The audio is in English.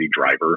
driver